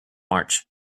march